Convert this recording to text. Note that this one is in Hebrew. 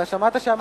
אתה שמעת שאמרתי,